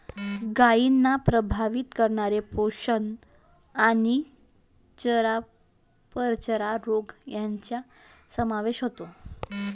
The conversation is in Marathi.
गायींना प्रभावित करणारे पोषण आणि चयापचय रोग यांचा समावेश होतो